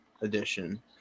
edition